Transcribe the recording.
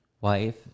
wife